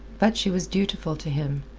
but she was dutiful to him,